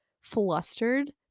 flustered